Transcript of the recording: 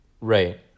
Right